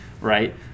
Right